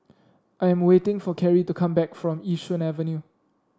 I am waiting for Kerrie to come back from Yishun Avenue